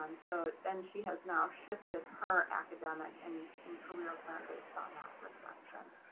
um so then she has now shifted her academic and and career plan based on that perfection.